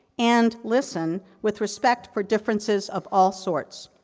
and listen, with respect for differences of all sorts.